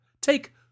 Take